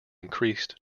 increased